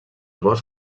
bosc